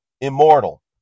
immortal